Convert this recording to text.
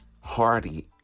Hardy